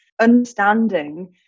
understanding